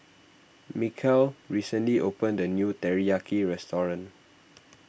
Mikal recently opened a new Teriyaki restaurant